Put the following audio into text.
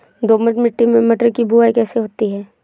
दोमट मिट्टी में मटर की बुवाई कैसे होती है?